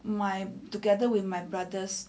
my together with my brothers